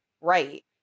right